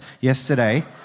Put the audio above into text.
yesterday